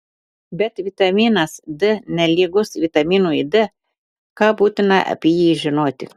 bet vitaminas d nelygus vitaminui d ką būtina apie jį žinoti